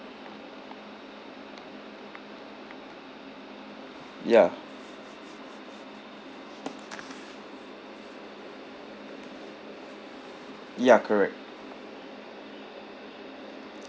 ya ya correct